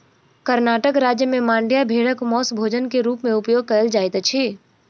कर्णाटक राज्य में मांड्या भेड़क मौस भोजन के रूप में उपयोग कयल जाइत अछि